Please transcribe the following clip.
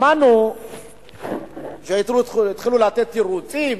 שמענו שהתחילו לתת תירוצים,